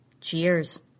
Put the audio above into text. Cheers